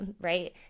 right